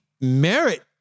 merit